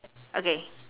okay